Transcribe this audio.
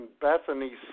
Bethany